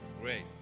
Great